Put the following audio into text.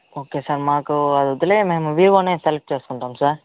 okay sir మాకు అది వద్దులే మేము వీవోనే సెలెక్ట్ చేసుకుంటాం సార్